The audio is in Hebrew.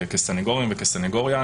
כסנגורים וכסנגוריה,